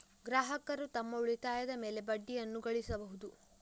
ಗ್ರಾಹಕರು ತಮ್ಮ ಉಳಿತಾಯದ ಮೇಲೆ ಬಡ್ಡಿಯನ್ನು ಗಳಿಸಬಹುದು